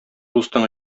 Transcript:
дустың